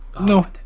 No